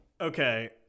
Okay